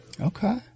Okay